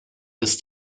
ist